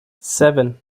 seven